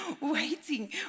waiting